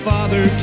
Father